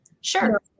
Sure